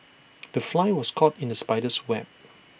the fly was caught in the spider's web